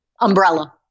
umbrella